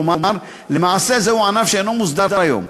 כלומר, למעשה זהו ענף שאינו מוסדר היום.